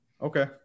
Okay